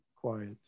quiet